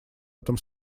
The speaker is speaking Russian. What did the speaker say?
этом